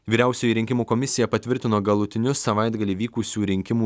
vyriausioji rinkimų komisija patvirtino galutinius savaitgalį vykusių rinkimų